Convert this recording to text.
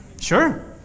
Sure